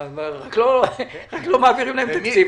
רק לא מעבירים להם תקציב.